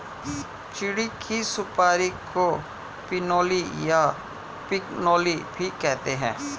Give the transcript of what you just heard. चीड़ की सुपारी को पिनोली या पिगनोली भी कहते हैं